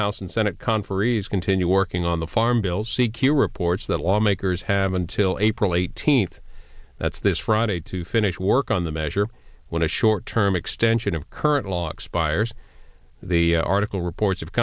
house and senate conferees continue working on the farm bill c q reports that lawmakers have until april eighteenth that's this friday to finish work on the measure when a short term extension of current law expires the article reports of